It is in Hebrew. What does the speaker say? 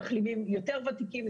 אלה מחלימים יותר ותיקים.